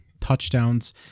touchdowns